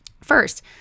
First